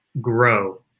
grow